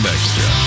Extra